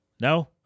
No